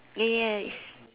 yes yes